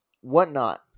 Whatnot